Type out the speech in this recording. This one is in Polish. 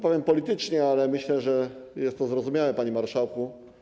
Powiem politycznie, ale myślę, że jest to zrozumiałe, panie marszałku.